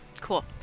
cool